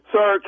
Sir